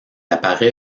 apparaît